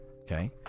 okay